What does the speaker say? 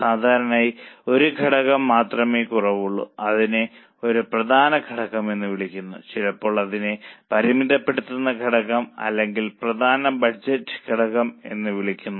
സാധാരണയായി ഒരു ഘടകം മാത്രമേ കുറവുള്ളൂ അതിനെ ഒരു പ്രധാന ഘടകം എന്ന് വിളിക്കുന്നു ചിലപ്പോൾ അതിനെ പരിമിതപ്പെടുത്തുന്ന ഘടകം അല്ലെങ്കിൽ പ്രധാന ബഡ്ജറ്റ് ഘടകം എന്ന് വിളിക്കുന്നു